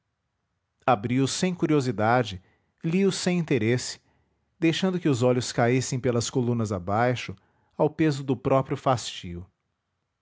abri os sem curiosidade li os sem interesse deixando que os olhos caíssem pelas colunas abaixo ao peso do próprio fastio